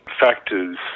factors